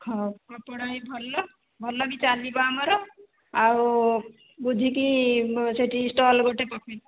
ହେଉ କପଡ଼ା ବି ଭଲ ଭଲ ବି ଚାଲିବ ଆମର ଆଉ ବୁଝିକି ସେଇଠି ଷ୍ଟଲ ଗୋଟିଏ ପକେଇଦେବା